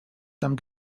some